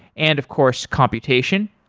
and of course, computation.